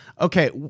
Okay